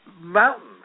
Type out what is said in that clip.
mountains